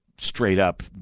straight-up